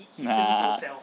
nah